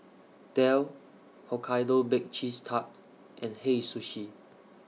Dell Hokkaido Baked Cheese Tart and Hei Sushi